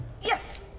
yes